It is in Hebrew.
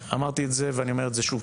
אמרתי את זה ואני אומר את זה שוב.